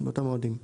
עו"ד פסטרנק,